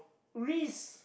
reese